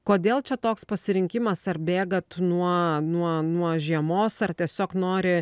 kodėl čia toks pasirinkimas ar bėgat nuo nuo nuo žiemos ar tiesiog nori